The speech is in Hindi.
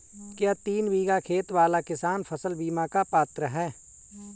क्या तीन बीघा खेत वाला किसान फसल बीमा का पात्र हैं?